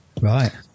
Right